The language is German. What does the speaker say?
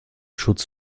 schutz